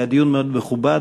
היה דיון מאוד מכובד,